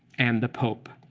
and the pope.